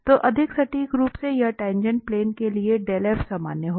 तो अधिक सटीक रूप से यह टाँगेँट प्लेन के लिए सामान्य होगा